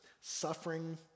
suffering